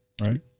right